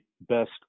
best